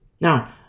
Now